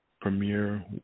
premiere